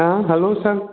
आ hello सांग